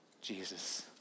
Jesus